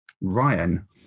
Ryan